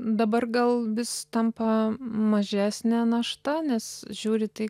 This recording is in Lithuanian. dabar gal vis tampa mažesne našta nes žiūri tai